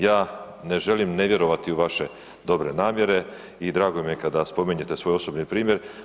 Ja ne želim ne vjerovati u vaše dobre namjere i drago mi je kada spominjete svoj osobni primjer.